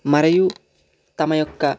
మరియు తమ యొక్క